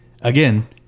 again